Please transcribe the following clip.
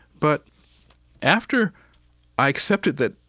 but after i accepted that,